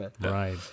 Right